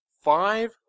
five